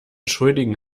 schuldigen